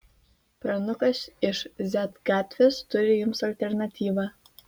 pranukas iš z gatvės turi jums alternatyvą